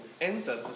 enter